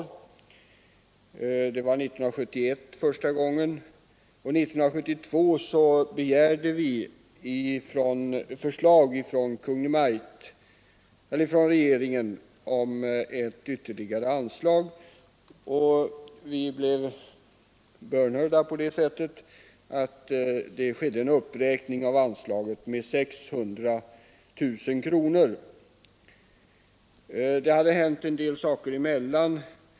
Första gången var 1971, och 1972 begärde vi förslag från regeringen om ett ytterligare anslag. Vi blev bönhörda på det sättet att det gjordes en uppräkning av anslaget med 600 000 kronor. Det hade hänt en del saker emellan.